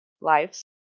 Lives